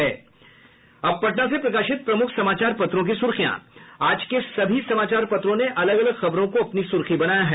अब पटना से प्रकाशित प्रमुख समाचार पत्रों की सुर्खियां आज के सभी समाचार पत्रों ने अलग अलग खबरों को अपनी सूर्खी बनाया है